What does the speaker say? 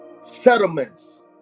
settlements